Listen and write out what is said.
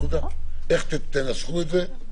יקבע איזה דיונים יובאו --- זו לא שאלה של סוג הדיון.